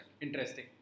interesting